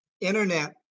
internet